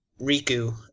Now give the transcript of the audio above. Riku